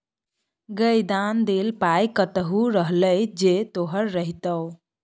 गै दान देल पाय कतहु रहलै जे तोहर रहितौ